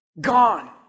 gone